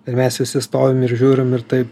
ir mes visi stovim ir žiūrim ir taip